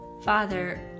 Father